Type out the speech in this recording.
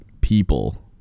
people